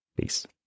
Peace